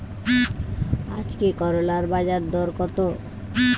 আজকে করলার বাজারদর কত?